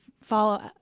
follow